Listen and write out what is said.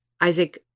Isaac